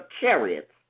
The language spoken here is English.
chariots